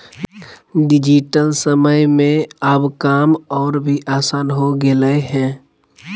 digital समय में अब काम और भी आसान हो गेलय हें